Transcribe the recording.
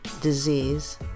disease